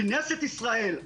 כנסת ישראל,